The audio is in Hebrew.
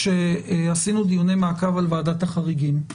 כשעשינו דיוני מעקב על ועדת החריגים,